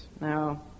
now